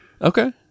Okay